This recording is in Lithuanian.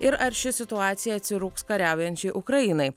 ir ar ši situacija atsirūgs kariaujančiai ukrainai